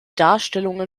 darstellungen